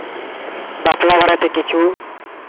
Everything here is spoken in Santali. ᱵᱟᱯᱞᱟ ᱵᱟᱨᱮ ᱛᱮ ᱠᱤᱪᱷᱩ